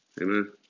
Amen